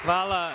Hvala.